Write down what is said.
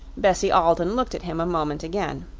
bessie alden looked at him a moment again.